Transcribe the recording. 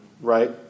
right